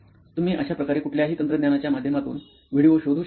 तुम्ही अश्या प्रकारे कुठल्याही तंत्रज्ञानच्या माध्यमातून व्हिडीओ शोधू शकता